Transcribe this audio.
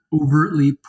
overtly